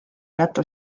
nato